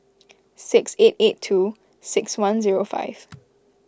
six eight eight two six one zero five